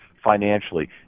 financially